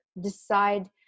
Decide